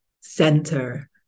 center